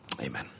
Amen